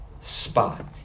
spot